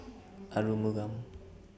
Arumugam